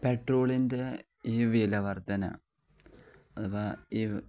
പെട്രോളിൻ്റെ ഈ വിലവർധന അഥവാ ഈ